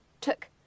took